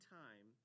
time